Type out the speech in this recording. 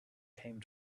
came